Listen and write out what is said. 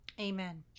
Amen